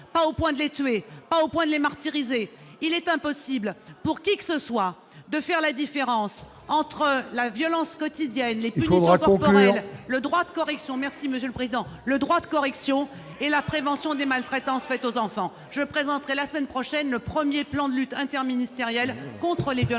Il faut conclure, madame la ministre. Il devient alors impossible, pour qui que ce soit, d'établir la différence entre la violence quotidienne, les punitions corporelles, le droit de correction et les maltraitances faites aux enfants. Je présenterai la semaine prochaine le premier plan de lutte interministériel contre les violences